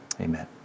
amen